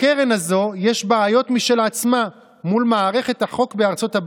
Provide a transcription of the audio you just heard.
זו אמירה שמתאים לומר מעל הדוכן במליאה הכנסת,